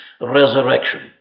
resurrection